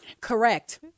Correct